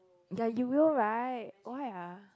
ya you will right why ah